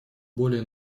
более